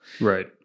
Right